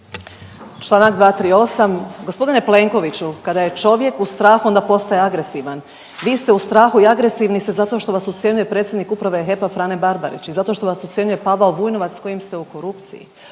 Čl. 238., g. Plenkoviću kada je čovjek u strahu onda postaje agresivan. Vi ste u strahu i agresivni ste zato što vas ucjenjuje predsjednik uprave HEP-a Frane Barbarić i zato što vas ucjenjuje Pavao Vujnovac s kojim ste u korupciji.